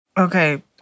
Okay